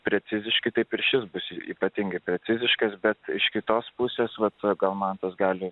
preciziški taip ir šis bus ypatingi preciziškas bet iš kitos pusės vapsva gamtos galių